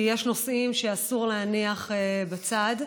כי יש נושאים שאסור להניח בצד.